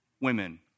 women